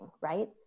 right